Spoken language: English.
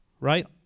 right